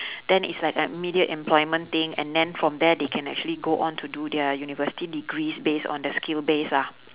then it's like a immediate employment thing and then from there they can actually go on to do their university degrees based on their skill base ah